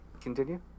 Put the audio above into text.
continue